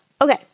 Okay